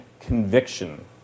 conviction